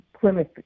Plymouth